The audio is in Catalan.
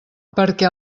perquè